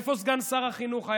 איפה סגן שר החינוך?